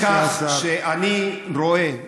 אי לכך שאני רואה,